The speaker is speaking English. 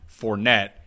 Fournette